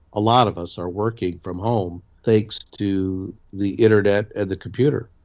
a lot of us are working from home thanks to the internet and the computer.